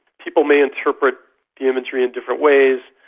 people may interpret the imagery in different ways,